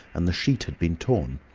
and the sheet had been torn.